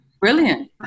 Brilliant